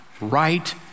right